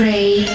Pray